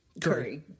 Curry